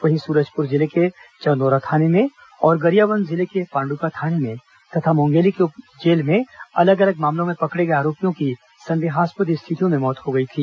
वहीं सूरजपुर जिले के चंदोरा थाने में और गरियाबंद जिले के पांडुका थाने में तथा मुंगेली के उपजेल में अलग अलग मामलों में पकड़े गए आरोपियों की संदेहास्पद स्थितियों में मौत हो गई थी